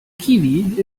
kiwi